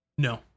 No